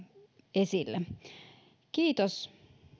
esille kiitos